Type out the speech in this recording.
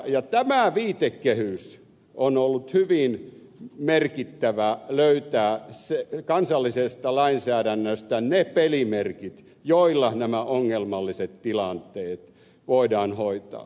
tämä viitekehys on ollut hyvin merkittävä kun on pitänyt löytää kansallisesta lainsäädännöstä ne pelimerkit joilla nämä ongelmalliset tilanteet voidaan hoitaa